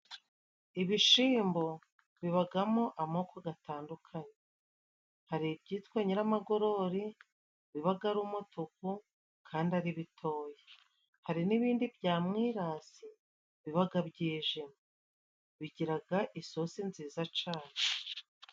Ibishimbo bibagamo amoko gatandukanye. Hari ibyitwa Nyiramagorori bibaga ari umutuku kandi ari bitoya. Hari n'ibindi bya Mwirasi bibaga byijimye, bigiraga isosi nziza cane.